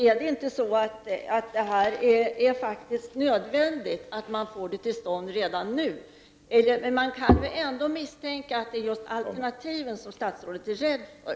Är det inte så att det faktiskt är nödvändigt att få detta till stånd redan nu? Man kan misstänka att det är just alternativen som statsrådet är rädd för.